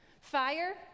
Fire